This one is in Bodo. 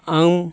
आं